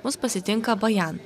mus pasitinka bajan